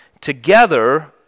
together